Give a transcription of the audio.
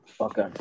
Okay